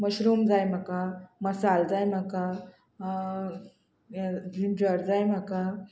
mushroom जाय म्हाका मसाल जाय म्हाका हे जिन्जर जाय म्हाका